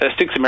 six